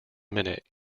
minute